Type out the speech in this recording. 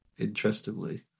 Interestingly